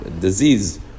disease